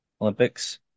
Olympics